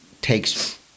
takes